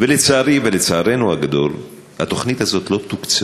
ולצערי, ולצערנו הגדול, התוכנית הזאת לא תוקצבה.